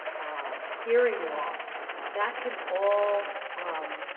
ah, hearing loss that can all, um,